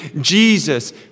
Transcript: Jesus